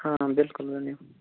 ہاں بلکُل ؤنِو